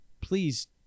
Please